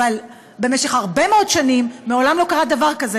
אבל במשך הרבה מאוד שנים לא קרה דבר כזה.